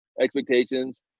expectations